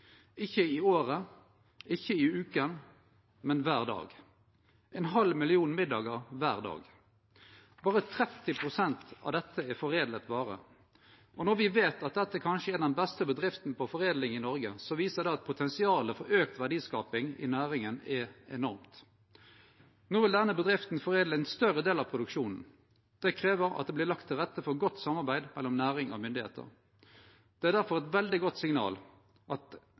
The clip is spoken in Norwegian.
ikkje i året, ikkje i veka, men kvar dag – ein halv million middagar kvar dag. Berre 30 pst. av dette er foredla vare. Når me veit at dette kanskje er den beste bedrifta på foredling i Noreg, viser det at potensialet for auka verdiskaping i næringa er enormt. No vil denne bedrifta foredle ein større del av produksjonen. Det krev at det vert lagt til rette for godt samarbeid mellom næringa og myndigheitene. Det er difor eit veldig godt signal for næringa at